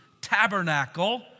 tabernacle